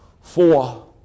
four